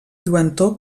lluentor